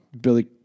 Billy